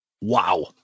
wow